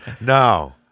No